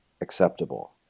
acceptable